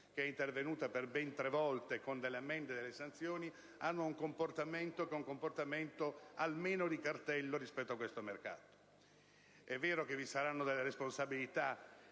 intervenuta per ben tre volte con delle ammende e sanzioni) hanno un comportamento almeno di cartello rispetto a questo mercato. È vero che vi saranno delle responsabilità